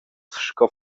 sco